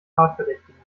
tatverdächtigen